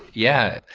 yeah.